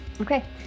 Okay